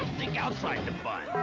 think outside the bun.